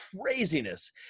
craziness